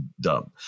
dumb